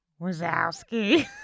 Wazowski